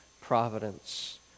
providence